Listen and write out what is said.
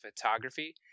photography